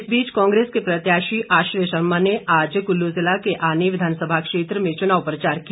इस बीच कांग्रेस के प्रत्याशी आश्रय शर्मा ने आज कुल्लू जिला के आनी विधानसभा क्षेत्र में चुनाव प्रचार किया